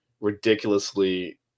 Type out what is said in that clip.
ridiculously